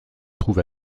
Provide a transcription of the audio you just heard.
trouve